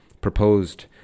proposed